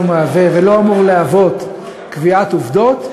מהווה ולא אמור להוות קביעת עובדות.